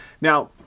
Now